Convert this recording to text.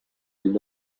and